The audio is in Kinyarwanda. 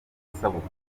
isabukuru